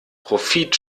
profit